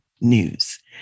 news